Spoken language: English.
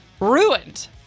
Ruined